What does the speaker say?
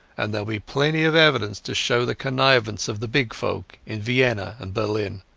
and thereall be plenty of evidence to show the connivance of the big folk in vienna and berlin.